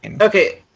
okay